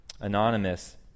anonymous